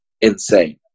insane